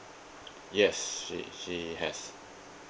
yes she she has